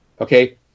okay